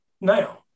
now